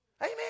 Amen